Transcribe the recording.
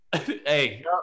Hey